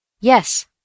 Yes